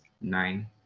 nine